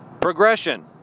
progression